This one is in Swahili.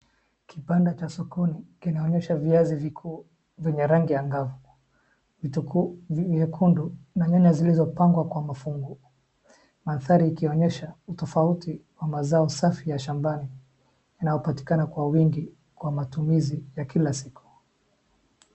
Kibanda cha sokoni kinaonyesha viazi vikuu vya rangi angavu, vitunguu vyekundu na nyanya zilizopagwa kwa mafungu. Mandhari ikionyesha utofauti wa mazao safi ya shambani inayopatikana kwa wingi kwa matumizi ya kila siku.